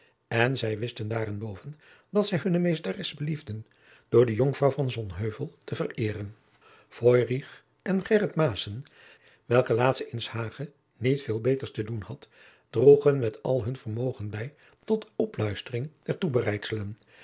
en zij wisten daarenboven dat zij hunne meesteres beliefden door de jonkvrouw van sonheuvel te vereeren feurich en gheryt maessen welke laatste in s hage niet veel beters te doen had droegen met al hun vermogen bij tot opluistering der